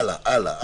הלאה.